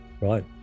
Right